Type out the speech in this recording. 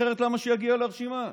אחרת, למה שיגיע לרשימה?